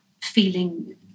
feeling